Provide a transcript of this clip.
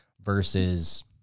versus